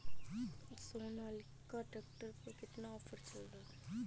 Sonalika tractor पर कितना offer चल रहा है?